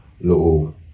little